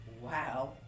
Wow